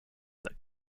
that